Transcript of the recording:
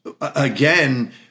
again